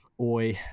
oi